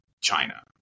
China